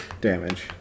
damage